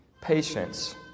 Patience